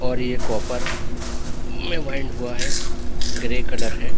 اور یہ کاپر میں وینڈ ہوا ہے گرے کلر ہے